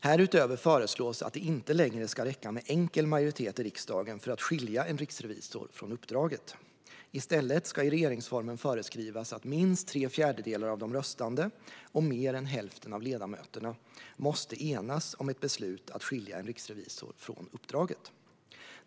Härutöver föreslås att det inte längre ska räcka med enkel majoritet i riksdagen för att skilja en riksrevisor från uppdraget. I stället ska i regeringsformen föreskrivas att minst tre fjärdedelar av de röstande och mer än hälften av ledamöterna måste enas om ett beslut om att skilja en riksrevisor från uppdraget.